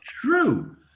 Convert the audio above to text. true